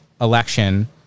election